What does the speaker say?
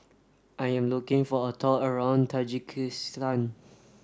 I am looking for a tour around Tajikistan